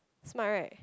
smart right